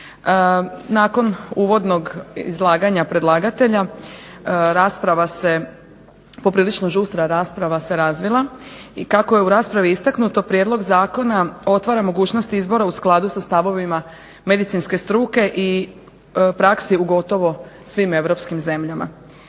Nakon uvodnog izlaganja predlagatelja poprilično žustra rasprava se razvila i kako je u raspravi istaknuto prijedlog zakona otvara mogućnost izbora u skladu sa stavovima medicinske struke i prakse u gotovo svim europskim zemljama.